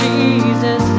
Jesus